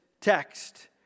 text